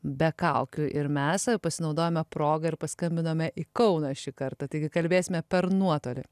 be kaukių ir mes pasinaudojome proga ir paskambinome į kauną šį kartą taigi kalbėsime per nuotolį